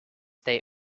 they